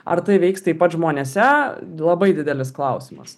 ar tai veiks taip pat žmonėse labai didelis klausimas